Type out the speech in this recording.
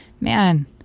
man